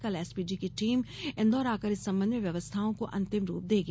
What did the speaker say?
कल एसपीजी की टीम इंदौर आकर इस संबंध में व्यवस्थाओं को अंतिम रूप देगी